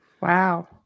Wow